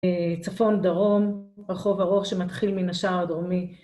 צפון דרום רחוב ארוך שמתחיל מן השער הדרומי